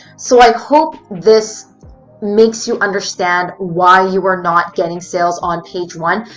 so i hope this makes you understand why you are not getting sales on page one.